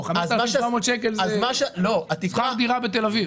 5,700 שקלים, זה שכר דירה בתל אביב.